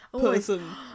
person